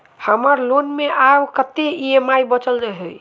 हम्मर लोन मे आब कैत ई.एम.आई बचल ह?